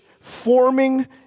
forming